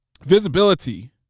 Visibility